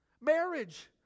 Marriage